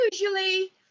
Usually